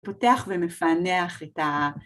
‫פותח ומפענח את ה...